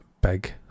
big